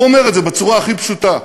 הוא אומר את זה בצורה הכי פשוטה.